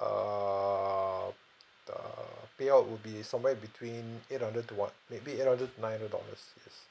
err the payout would be somewhere between eight hundred to what maybe eight hundred to nine hundred dollars yes